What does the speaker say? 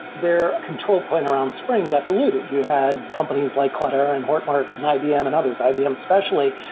their control point around spring got diluted. you had companies like cloudera, and hortonworks, and ibm and others, ibm specially,